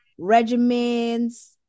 regimens